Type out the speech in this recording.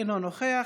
אינו נוכח,